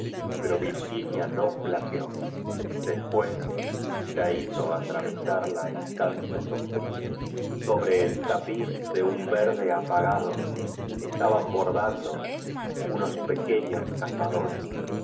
pero vir ginia no flaqueó después la hizo atravesar ja estancia sombría sobre el tapiz de un verde apagado esta ban bordando unos pequeños cazadores